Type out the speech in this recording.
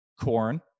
corn